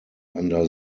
under